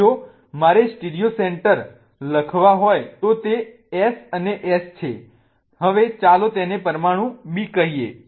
હવે જો મારે સ્ટીરીયો સેન્ટર લખવા હોય તો તે S અને S હશે ચાલો તેને B પરમાણુ કહીએ